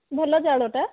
ଭଲ ଚାଉଳଟା